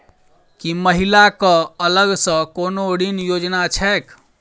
की महिला कऽ अलग सँ कोनो ऋण योजना छैक?